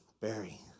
Barry